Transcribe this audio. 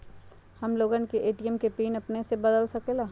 हम लोगन ए.टी.एम के पिन अपने से बदल सकेला?